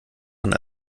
man